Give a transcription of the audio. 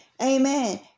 Amen